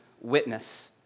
witness